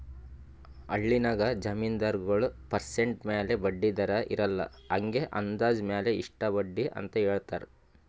ಹಳ್ಳಿನಾಗ್ ಜಮೀನ್ದಾರಗೊಳ್ ಪರ್ಸೆಂಟ್ ಮ್ಯಾಲ ಬಡ್ಡಿ ಇರಲ್ಲಾ ಹಂಗೆ ಅಂದಾಜ್ ಮ್ಯಾಲ ಇಷ್ಟ ಬಡ್ಡಿ ಅಂತ್ ಹೇಳ್ತಾರ್